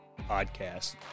podcast